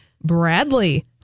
Bradley